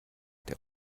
der